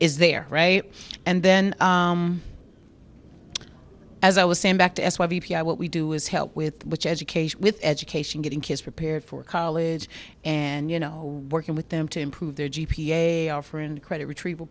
is their right and then as i was saying back to what we do is help with which education with education getting kids prepared for college and you know working with them to improve their g p a offer and credit retrieval